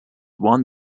won